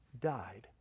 died